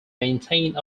maintain